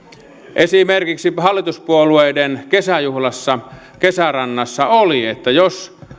esimerkiksi hallituspuolueiden kesäjuhlassa kesärannassa oli että jos